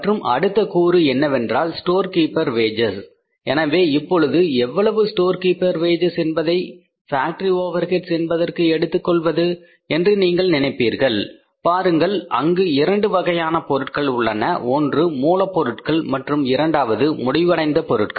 மற்றும் அடுத்த கூறு என்னவென்றால் ஸ்டோர் கீப்பர் வேஜஸ் எனவே இப்பொழுது எவ்வளவு ஸ்டோர் கீப்பர் வேஜஸ் என்பதை ஃபேக்டரி ஓவர்வேட்ச் என்பதற்கு எடுத்துக் கொள்வது என்று நீங்கள் நினைப்பீர்கள் பாருங்கள் அங்கு இரண்டு வகையான பொருட்கள் உள்ளன ஒன்று மூலப்பொருட்கள் மற்றும் இரண்டாவது முடிவடைந்த பொருட்கள்